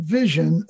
vision